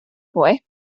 boy